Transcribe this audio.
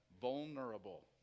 Vulnerable